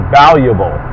valuable